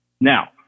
Now